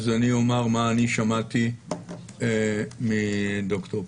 אז אני אומר מה אני שמעתי מד"ר פרייס.